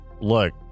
look